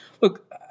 Look